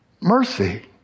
Mercy